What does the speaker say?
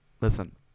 Listen